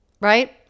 right